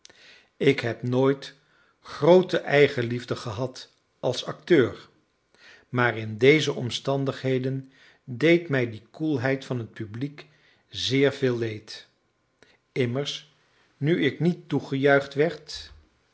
ik heb nooit groote eigenliefde gehad als acteur maar in deze omstandigheden deed mij die koelheid van het publiek zeer veel leed immers nu ik niet toegejuicht werd